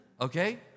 okay